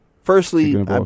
firstly